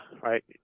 right